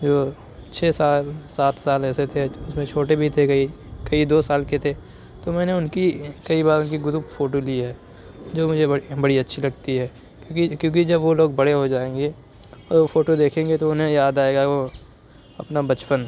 جو چھ سال سات سال ایسے تھے اس میں چھوٹے بھی تھے کئی کئی دو سال کے تھے تو میں ان کی کئی بار ان کی گروپ فوٹو لی ہے جو مجھے بڑی اچھی لگتی ہے کیونکہ کیونکہ جب وہ لوگ بڑے ہو جائیں گے اور وہ فوٹو دیکھیں گے تو انہیں یاد آئے گا وہ اپنا بچپن